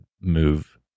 move